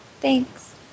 Thanks